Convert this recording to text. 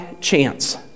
chance